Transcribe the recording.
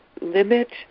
limit